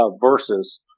versus